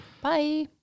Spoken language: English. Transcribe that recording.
bye